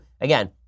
Again